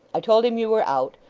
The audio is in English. i told him you were out,